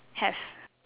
have